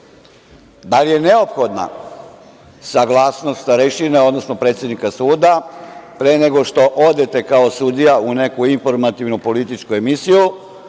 Da li je neophodna saglasnost starešina, odnosno predsednika suda, pre nego što odete kao sudija u neku informativnu političku emisiju,